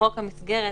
כשחוק המסגרת